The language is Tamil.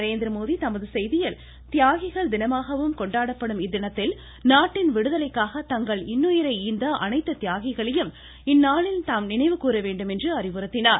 நரேந்திரமோடி தமது செய்தியில் தியாகிகள் தினமாகவும் கொண்டாடப்படும் இத்தினத்தில் நாட்டின் விடுதலைக்காக தங்கள் இன்னுயிர் ஈந்த அனைவரது தியாகங்களையும் இந்நாளில் நாம் நினைவு கூற வேண்டும் என்று அறிவுறுத்தினார்